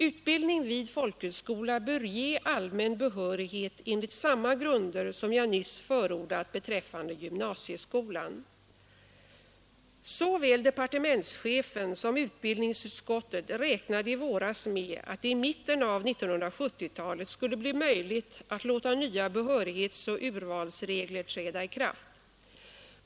Utbildning vid folkhögskola bör ge allmän behörighet enligt samma grunder som jag nyss förordat beträffande gymnasieskolan.” Såväl departementschefen som utbildningsutskottet räknade i våras med att det i mitten av 1970-talet skulle bli möjligt att låta nya behörighetsoch urvalsregler träda i kraft.